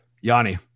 Yanni